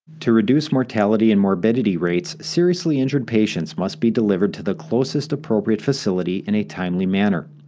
to reduce mortality and morbidity rates, seriously injured patients must be delivered to the closest appropriate facility in a timely manner.